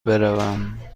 بروم